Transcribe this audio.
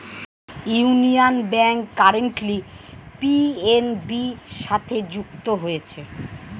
union Bank currently PNB সাথে যুক্ত হয়েছে